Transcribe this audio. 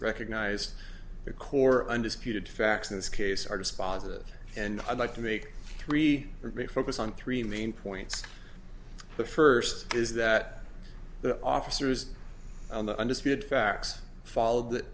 recognized the core undisputed facts in this case are dispositive and i'd like to make three refocus on three main points the first is that the officers and the undisputed facts followed that